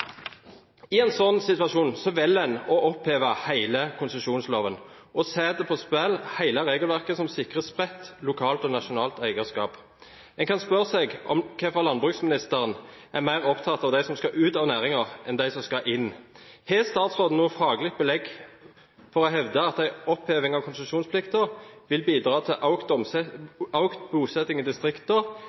i Landbruksdepartementet. I en slik situasjon velger en å oppheve hele konsesjonsloven og sette på spill hele regelverket som sikrer spredt lokalt og nasjonalt eierskap. En kan spørre seg om hvorfor landbruksministeren er mer opptatt av dem som skal ut av næringen, enn dem som skal inn. Har statsråden noe faglig belegg for å hevde at en oppheving av konsesjonsplikten vil bidra til økt bosetting i